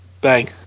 Bang